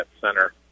center